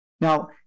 Now